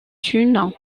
une